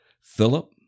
Philip